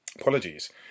apologies